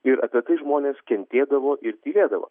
ir apie tai žmonės kentėdavo ir tylėdavo